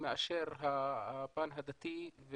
-- מאשר הפן הדתי.